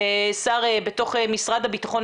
שר בתוך משרד הביטחון.